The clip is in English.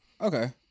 Okay